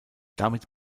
damit